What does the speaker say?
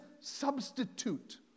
substitute